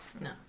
No